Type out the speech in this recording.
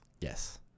Yes